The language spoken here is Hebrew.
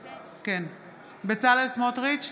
נגד בצלאל סמוטריץ'